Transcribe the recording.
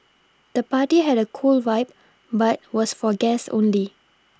the party had a cool vibe but was for guest only